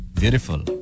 Beautiful